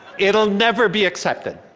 it'll never be accepted.